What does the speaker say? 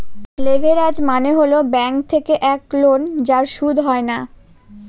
leverage মানে হল bank থেকে এক লোন যার সুদ হয় না